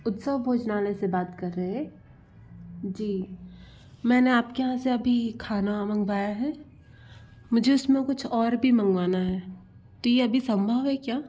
उत्सव भोजनालय से बात कर रहे हैं जी मैंने आपके यहाँ से अभी खाना मंगवाया है मुझे उस में कुछ और भी मंगवाना है तो ये अभी संभव है क्या